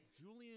Julian